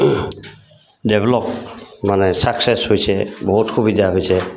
develop মানে চাকসেছ হৈছে বহুত সুবিধা হৈছে